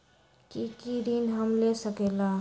की की ऋण हम ले सकेला?